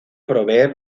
proveer